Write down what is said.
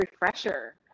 refresher